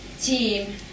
team